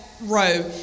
row